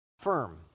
firm